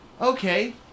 Okay